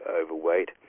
overweight